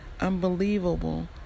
Unbelievable